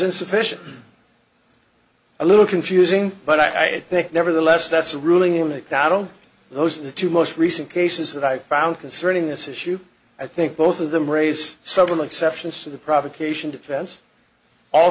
insufficient a little confusing but i think nevertheless that's a ruling in a battle those are the two most recent cases that i found concerning this issue i think both of them raise several exceptions to the provocation defense all